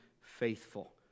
faithful